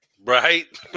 Right